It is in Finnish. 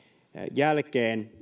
jälkeen